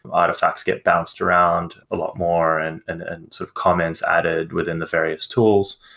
um artifacts get bounced around a lot more and and and sort of comments added within the various tools.